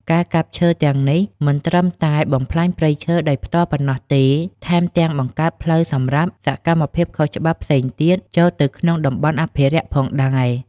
ការកាប់ឈើទាំងនេះមិនត្រឹមតែបំផ្លាញព្រៃឈើដោយផ្ទាល់ប៉ុណ្ណោះទេ ថែមទាំងបង្កើតផ្លូវសម្រាប់សកម្មភាពខុសច្បាប់ផ្សេងទៀតចូលទៅក្នុងតំបន់អភិរក្សផងដែរ។